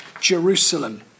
Jerusalem